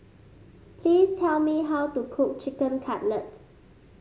please tell me how to cook Chicken Cutlet